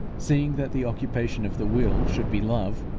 seeing that the occupation of the will should be love,